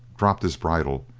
dropped his bridle,